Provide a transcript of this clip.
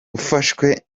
ufashwe